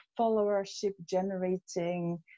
followership-generating